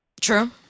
True